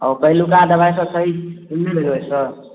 और पहिलुका दवाई सब सॅं की भेलै एतय